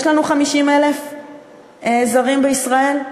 יש לנו 50,000 זרים בישראל,